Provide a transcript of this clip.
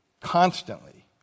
constantly